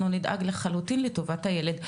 אנחנו נדאג לטובת הילד.